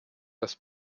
das